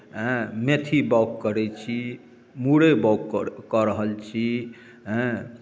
हँ मेथी बौग करै छी मुरइ बौग करै कऽ रहल छी हँ